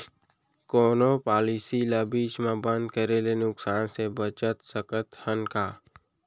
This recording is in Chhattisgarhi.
कोनो पॉलिसी ला बीच मा बंद करे ले नुकसान से बचत सकत हन का?